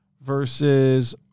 versus